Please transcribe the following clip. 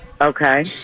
Okay